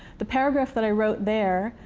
the paragraph that i wrote there,